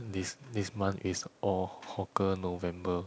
this this month is all hawker november